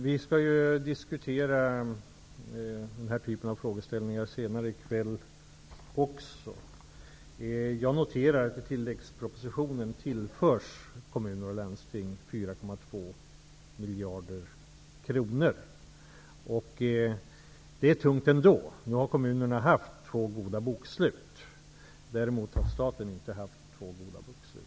Herr talman! Vi skall diskutera denna typ av frågeställningar senare i kväll också. Jag noterar att kommuner och landsting i tilläggspropositionen tillförs 4,2 miljarder kronor. Det är tungt ändå. Nu har kommunerna haft två goda bokslut. Däremot har inte staten haft två goda bokslut.